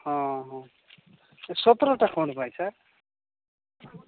ହଁ ହଁ ସତରଟା କ'ଣ ପାଇଁ ସାର୍